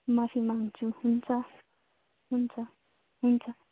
माफी माग्छु हुन्छ हुन्छ हुन्छ